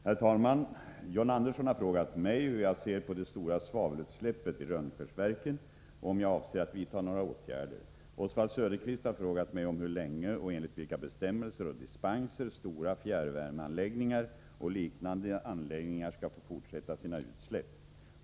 Herr talman! John Andersson har frågat mig hur jag ser på det stora svavelutsläppet vid Rönnskärsverken och om jag avser att vidta några åtgärder. Oswald Söderqvist har frågat mig om hur länge och enligt vilka bestämmelser och dispenser stora fjärrvärmeanläggningar och liknande anläggningar skall få fortsätta sina utsläpp.